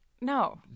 No